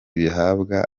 bihabwa